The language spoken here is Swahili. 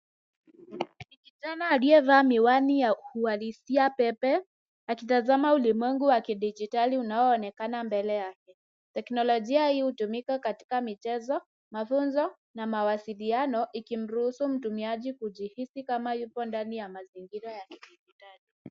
Kijana aliyevaa miwani ya uhalisia pepe akitazama ulimwengu wa kidijitali unaoonekana mbele yake. Teknolojia hii hutumika katika mchezo, mafunzo na mawasiliano ikimruhusu mtumiaji kujihisi kama yupo ndani ya mazingira ya kidijitali.